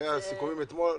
היו סיכומים אתמול,